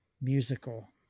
musical